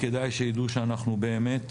וכדאי שידעו שאנחנו באמת